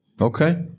okay